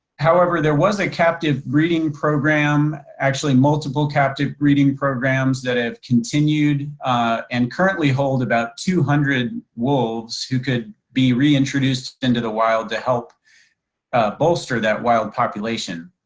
however, there was a captive breeding program actually multiple captive breeding programs that have continued and currently hold about two hundred wolves who could be reintroduced into the wild to help bolster that wild population.